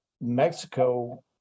Mexico